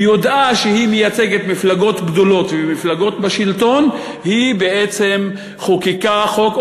ביודעה שהיא מייצגת מפלגות גדולות ומפלגות בשלטון היא בעצם מחוקקת חוק,